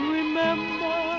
remember